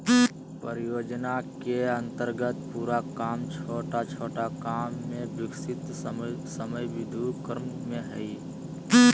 परियोजना के अन्तर्गत पूरा काम छोटा छोटा काम में विभक्त समयबद्ध क्रम में हइ